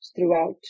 throughout